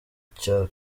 cya